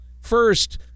first